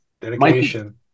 dedication